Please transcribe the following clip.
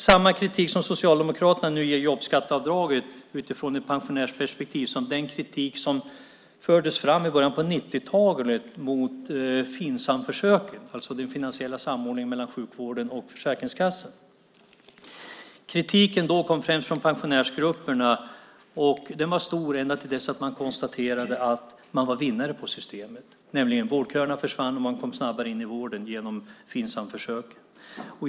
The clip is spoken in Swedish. Samma kritik som Socialdemokraterna nu ger jobbskatteavdraget utifrån ett pensionärsperspektiv fördes fram i början av 90-talet mot Finsamförsöket, alltså den finansiella samordningen mellan sjukvården och Försäkringskassan. Kritiken kom då främst från pensionärsgrupperna och var stor ända tills man konstaterade att man var vinnare på systemet. Vårdköerna försvann, och man kom snabbare in i vården genom Finsamförsöket.